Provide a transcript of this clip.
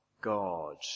God